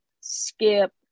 skip